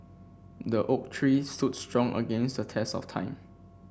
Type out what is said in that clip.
the oak tree stood strong against the test of time